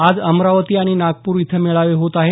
आज अमरावती आणि नागपूर इथं मेळावे होत आहेत